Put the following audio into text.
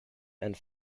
and